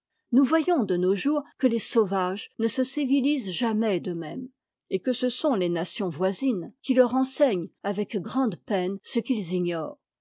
nous voyons de nos jours que les sauvages ne se civilisent jamais d'eux-mêmes et que ce sont les nations voisines qui leur enseignent avec grande peine ce qu'ils ignorent